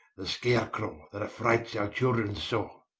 the scar-crow that affrights our children so.